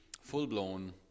full-blown